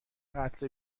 قتل